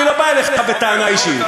אני לא בא אליך בטענה אישית.